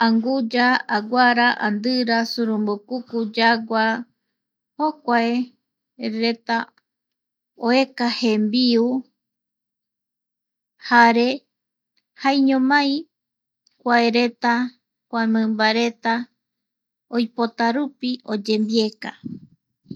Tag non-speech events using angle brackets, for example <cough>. Anguya, aguara, andira, surumbukuku, yagua, jokuae reta oeka jembiu <noise> jare jaeñomai kuaereta, kua mimbareta oipotarupi oyembieka. <noise>